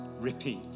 repeat